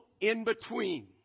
in-between